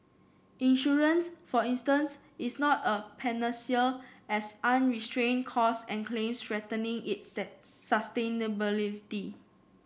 insurance for instance is not a panacea as unrestrained cost and claims threatening its sustainability